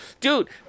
Dude